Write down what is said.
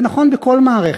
זה נכון בכל מערכת.